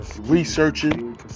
Researching